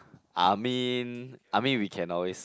I mean I mean we can always